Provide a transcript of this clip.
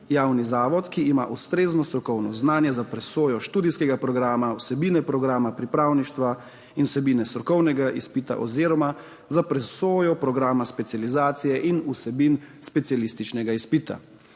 javni zavod, ki ima ustrezno strokovno znanje za presojo študijskega programa, vsebine programa pripravništva in vsebine strokovnega izpita oziroma za presojo programa specializacije in vsebin specialističnega izpita.